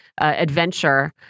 adventure